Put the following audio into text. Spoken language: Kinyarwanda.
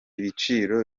biciro